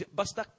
basta